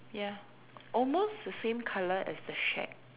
ya almost the same colour as the shack